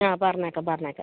ആ പറഞ്ഞേക്കാം പറഞ്ഞേക്കാം